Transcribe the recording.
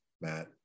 Matt